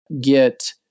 get